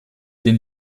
den